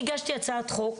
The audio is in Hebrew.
הגשתי הצעת חוק,